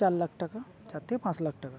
চার লাখ টাকা চার থেকে পাঁচ লাখ টাকা